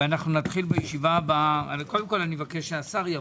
אני מבקש שהשר יבוא.